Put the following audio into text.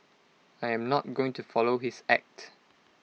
I am not going to follow his act